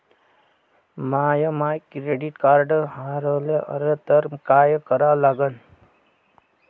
माय credit card हारवलं तर काय करा लागन?